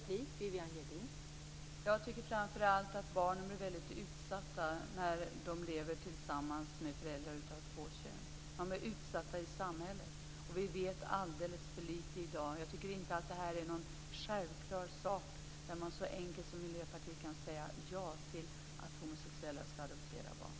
Fru talman! Jag tycker framför allt att barn blir väldigt utsatta när de lever tillsammans med föräldrar av ett kön. De blir utsatta i samhället. Och vi vet alldeles för lite i dag. Jag tycker inte att detta är någon självklar sak där man så enkelt som Miljöpartiet kan säga ja till att homosexuella ska få adoptera barn.